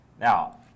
now